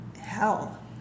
hell